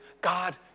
God